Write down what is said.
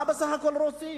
מה בסך הכול רוצים?